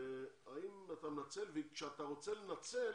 האם אתה מנצל וכשאתה רוצה לנצל